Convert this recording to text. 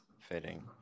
fitting